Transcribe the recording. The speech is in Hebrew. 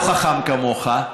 לא חכם כמוך,